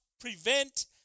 prevent